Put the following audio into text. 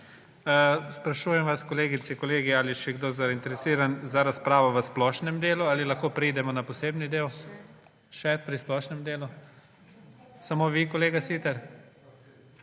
Sprašujem vas, kolegice in kolegi, ali je še kdo zainteresiran za razpravo v splošnem delu ali lahko preidemo na posebni del. Še pri splošnem delu? Samo vi, kolega Siter?